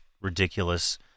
ridiculous